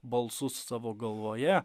balsus savo galvoje